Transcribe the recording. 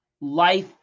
life